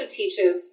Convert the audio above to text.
teaches